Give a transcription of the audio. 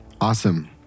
Awesome